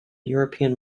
european